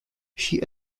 she